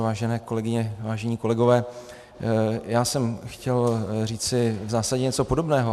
Vážené kolegyně, vážení kolegové, já jsem chtěl říci v zásadě něco podobného.